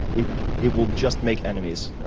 it it will just make enemies,